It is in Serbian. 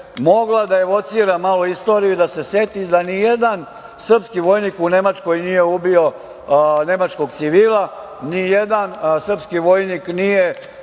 mogla da evocira malo istoriju i da se seti da nijedan srpski vojnik u Nemačkoj nije ubio nemačkog civila, da nijedan srpski vojnik nije